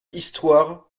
histoire